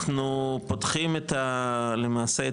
אנחנו פותחים למעשה,